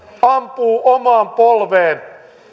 ampuu omaan polveen